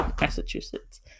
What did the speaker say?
Massachusetts